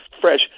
fresh